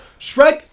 Shrek